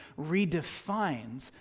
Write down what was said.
redefines